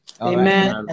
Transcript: Amen